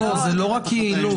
זה לא רק יעילות.